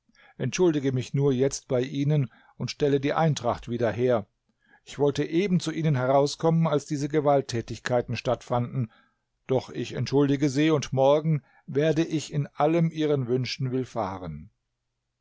entschuldige mich nur jetzt bei ihnen und stelle die eintracht wieder her ich wollte eben zu ihnen herauskommen als diese gewalttätigkeiten stattfanden doch ich entschuldige sie und morgen werde ich in allem ihren wünschen